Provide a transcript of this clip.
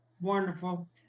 wonderful